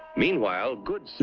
meanwhile, good.